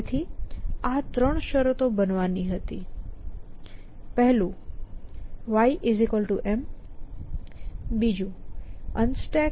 તેથી આ 3 શરતો બનવાની હતી yM UnStack